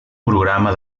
programa